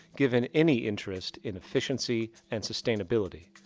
given any interest in efficiency and sustainability.